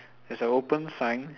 there's a open sign